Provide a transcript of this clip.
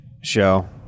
show